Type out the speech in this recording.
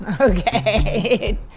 Okay